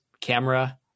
camera